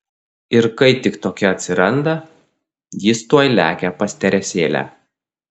ir kai tik tokia atsiranda jis tuoj lekia pas teresėlę